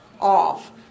off